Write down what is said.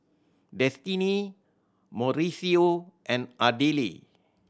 Destinee Mauricio and Ardelle